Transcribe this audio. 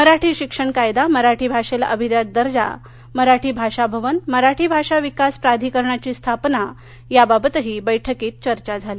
मराठी शिक्षण कायदा मराठी भाषेला अभिजात दर्जा मराठी भाषा भवन मराठी भाषा विकास प्राधिकरणाची स्थापना याबाबतही बैठकीत चर्चा झाली